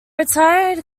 retired